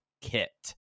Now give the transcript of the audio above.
kit